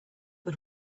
but